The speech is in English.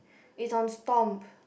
its on stomp